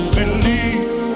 believe